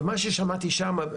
אבל מה ששמעתי שם,